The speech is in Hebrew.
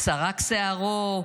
סרק שערו,